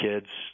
kids